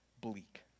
bleak